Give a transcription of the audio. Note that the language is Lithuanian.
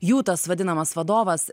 jų tas vadinamas vadovas